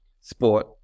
sport